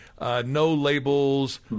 no-labels